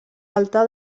alta